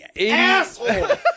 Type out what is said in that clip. asshole